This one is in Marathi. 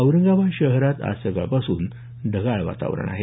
औरंगाबाद शहरातही आज सकाळपासून ढगाळ वातावरण आहे